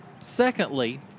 Secondly